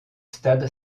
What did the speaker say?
stade